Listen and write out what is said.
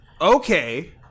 Okay